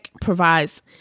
provides